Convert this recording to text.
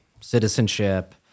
citizenship